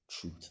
truth